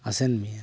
ᱟᱥᱮᱱ ᱢᱮᱭᱟ